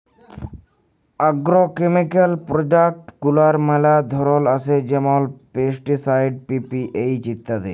agrochemical product গুলার ম্যালা ধরল আসে যেমল পেস্টিসাইড, পি.পি.এইচ ইত্যাদি